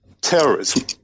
terrorism